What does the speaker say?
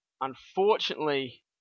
unfortunately